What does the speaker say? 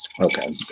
okay